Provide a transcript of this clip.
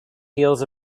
heels